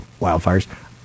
wildfires